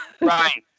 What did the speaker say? Right